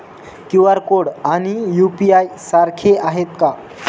QR code आणि UPI सारखे आहेत का?